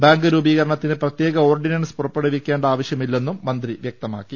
bank രൂപീകരണ ത്തിന് പ്രത്യേക ഓർഡിനൻസ് പുറപ്പെടുവിക്കേണ്ട ആവശ്യമി ല്ലെന്നും മന്ത്രി വ്യക്തമാക്കി